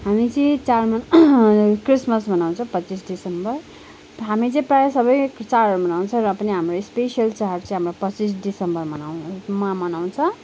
हामी चाहिँ चाडमा क्रिसमस मनाउँछौँ पच्चिस दिसम्बर हामी चाहिँ प्रायः सबै चाडहरू मनाउँछौँ र पनि हाम्रो स्पेस्यिल चाड चाहिँ हाम्रो पच्चिस दिसम्बर मनाउ मा मनाउँछ